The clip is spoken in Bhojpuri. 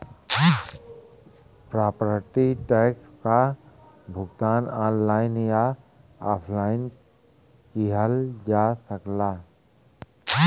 प्रॉपर्टी टैक्स क भुगतान ऑनलाइन या ऑफलाइन किहल जा सकला